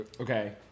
Okay